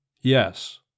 Yes